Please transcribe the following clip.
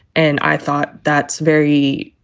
and i thought, that's very.